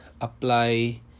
apply